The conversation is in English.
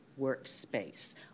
workspace